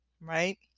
right